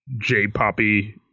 j-poppy